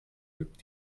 gibt